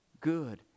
good